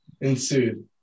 ensued